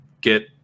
get